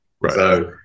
Right